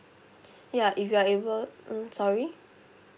ya if you are able mm sorry